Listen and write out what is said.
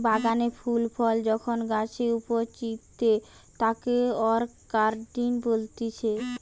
বাগানে ফুল ফল যখন গাছে উগতিচে তাকে অরকার্ডই বলতিছে